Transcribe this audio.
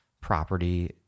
property